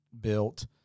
built